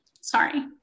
Sorry